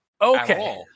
Okay